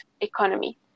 economy